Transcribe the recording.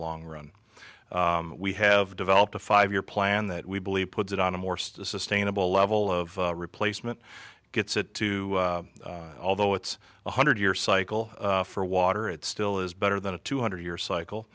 long run we have developed a five year plan that we believe puts it on a more sustainable level of replacement gets it to although it's one hundred year cycle for water it still is better than a two hundred year cycle